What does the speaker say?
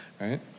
Right